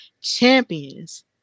Champions